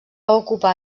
ocupar